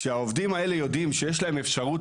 כשהעובדים האלה יודעים שיש להם אפשרות